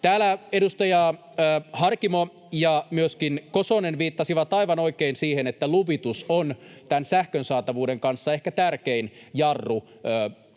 Täällä edustaja Harkimo ja myöskin Kosonen viittasivat aivan oikein siihen, että luvitus on tämän sähkön saatavuuden kanssa ehkä tärkein jarru